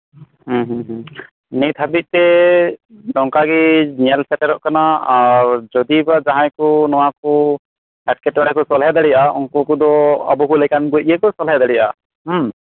ᱦᱮᱸ ᱦᱮᱸ ᱱᱤᱛ ᱦᱟᱹᱵᱤᱡᱛᱮ ᱱᱚᱝᱠᱟᱜᱤ ᱧᱮᱞ ᱥᱮᱴᱮᱨᱚᱜ ᱠᱟᱱᱟ ᱟᱨ ᱡᱚᱫᱤᱵᱟ ᱡᱟᱦᱟᱸᱭᱠᱩ ᱱᱚᱣᱟᱠᱩ ᱮᱴᱠᱮᱴᱚᱲᱮᱠᱩ ᱥᱚᱞᱦᱮ ᱫᱟᱲᱤᱭᱟᱜ ᱟ ᱩᱱᱠᱩ ᱠᱚᱫᱚ ᱟᱵᱩᱠᱩ ᱞᱮᱠᱟᱱ ᱠᱩ ᱜᱮᱠᱩ ᱥᱚᱞᱦᱮ ᱫᱟᱲᱤᱭᱟᱜᱼᱟ ᱦᱮᱸ